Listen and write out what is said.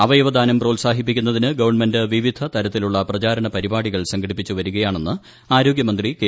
അവയവദാനം പ്രോത്സാഹിപ്പിക്കുന്നതിന് ഗവൺമെന്റ് വിവിധ തരത്തിലുള്ള പ്രചാരണ പരിപാടികൾ സംഘടിപ്പിച്ച് വരികയാണെന്ന് ആരോഗ്യമന്ത്രി കെ